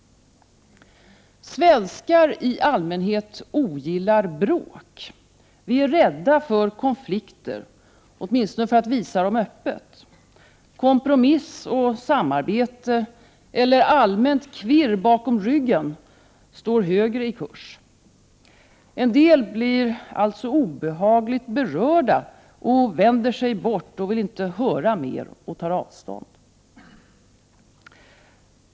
Svenskar i allmänhet ogillar bråk. Vi är rädda för konflikter, åtminstone för att visa dem öppet. Kompromiss och samarbete eller allmänt kvirr bakom ryggen står högre i kurs. En del blir alltså obehagligt berörda och vänder sig bort och vill inte höra mer och tar avstånd.